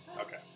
Okay